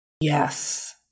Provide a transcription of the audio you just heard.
Yes